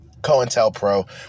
COINTELPRO